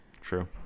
True